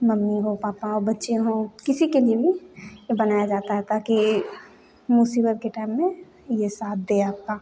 mummy हो papa हो बच्चे हो किसी के भी हो तो बनाया जाता है ताकि मुसीबत के टाइम में यह साथ दे आपका